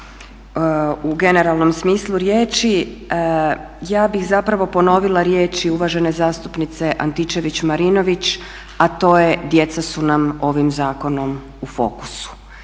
u generalnom smislu riječi. Ja bih zapravo ponovila riječi uvažene zastupnice Antičević-Marinović a to "Djeca su nam ovim zakonom u fokusu."